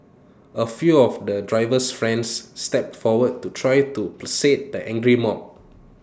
A few of the driver's friends stepped forward to try to placate the angry mob